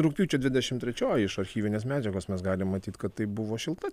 rugpjūčio dvidešim trečioji iš archyvinės medžiagos mes galim matyt kad tai buvo šilta